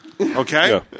Okay